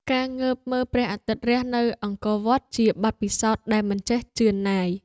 ការងើបមើលព្រះអាទិត្យរះនៅអង្គរវត្តជាបទពិសោធន៍ដែលមិនចេះជឿនណាយ។